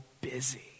busy